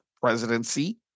presidency